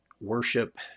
worship